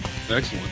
Excellent